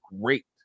great